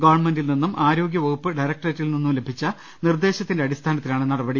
ഗവൺമെന്റിൽ നിന്നും ആരോഗ്യവ കുപ്പ് ഡയറക്ടറേറ്റിൽ നിന്നും ലഭിച്ച നിർദ്ദേശത്തിന്റെ അടിസ്ഥാനത്തിലാണ് നടപടി